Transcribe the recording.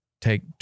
take